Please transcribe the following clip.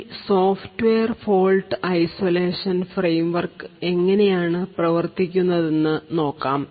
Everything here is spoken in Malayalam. ഈ സോഫ്റ്റ്വെയർ ഫോൾട്ട് ഐസൊലേഷൻ ഫ്രെയിംവർക്ക് എങ്ങനെയാണ് പ്രവർത്തിക്കുന്നത് എന്നു നോക്കാം